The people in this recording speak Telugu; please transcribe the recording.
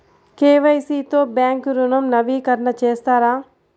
కే.వై.సి తో బ్యాంక్ ఋణం నవీకరణ చేస్తారా?